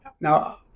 Now